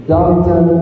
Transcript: Doctor